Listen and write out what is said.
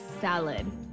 salad